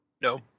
No